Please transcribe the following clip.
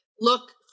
look